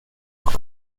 were